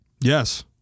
Yes